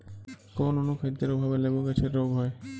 কোন অনুখাদ্যের অভাবে লেবু গাছের রোগ হয়?